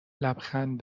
لبخند